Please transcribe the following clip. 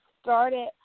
started